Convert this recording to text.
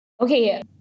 Okay